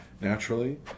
naturally